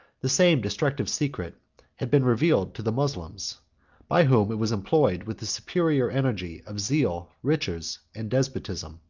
the same destructive secret had been revealed to the moslems by whom it was employed with the superior energy of zeal, riches, and despotism.